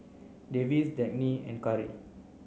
Davis Dagny and Karri